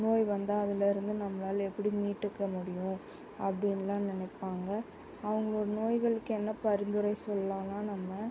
நோய் வந்தால் அதுலேருந்து நம்மளால எப்படி மீட்டுக்க முடியும் அப்படின்லாம் நினைப்பாங்க அவங்களோட நோய்களுக்கு என்ன பரிந்துரை சொல்லான்னால் நம்ம